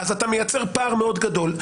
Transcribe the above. אז אתה מייצר פער גדול.